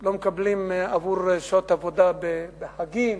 לא מקבלים עבור שעות עבודה בחגים,